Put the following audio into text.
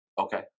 okay